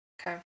Okay